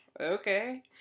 okay